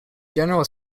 general